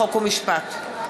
חוק ומשפט.